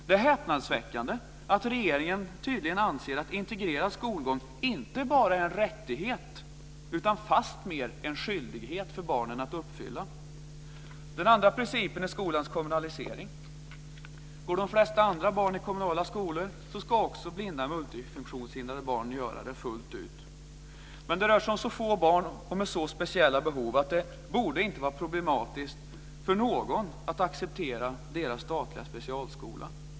Det är häpnadsväckande att regeringen tydligen anser att integrerad skolgång inte bara är en rättighet utan fast mer en skyldighet för barnen att uppfylla. Den andra principen är skolans kommunalisering. Går de flesta andra barn i kommunala skolor ska också blinda multifunktionshindrade barn göra det fullt ut. Men det rör sig om så få barn med så speciella behov att det inte borde vara problematiskt för någon att acceptera deras statliga specialskola.